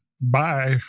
bye